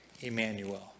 Emmanuel